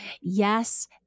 yes